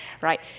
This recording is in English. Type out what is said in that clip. right